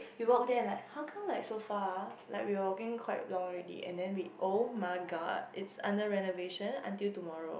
we walk there like how can like so far like we were walking quite long already and then we oh-my-god is under renovation until tomorrow